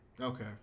Okay